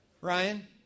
Ryan